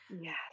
Yes